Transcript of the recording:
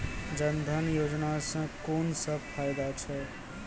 जनधन योजना सॅ कून सब फायदा छै?